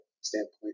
standpoint